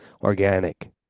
organic